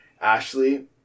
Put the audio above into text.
Ashley